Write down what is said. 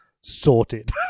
Sorted